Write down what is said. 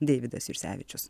deividas jursevičius